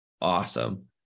awesome